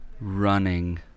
running